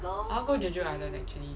I want to go jeju island actually